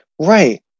Right